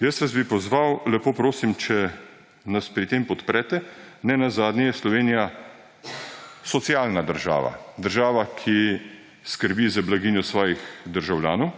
Jaz vas bi pozval, lepo prosim, če nas pri tem podprete, nenazadnje je Slovenija socialna država; država, ki skrbi za blaginjo svojih državljanov